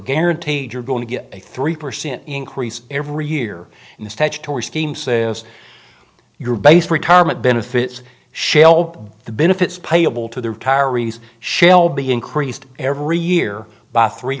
guaranteed you're going to get a three percent increase every year in the statutory scheme sales your base retirement benefits shall the benefits payable to the retirees shall be increased every year by three